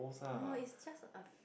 no its a